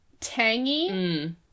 tangy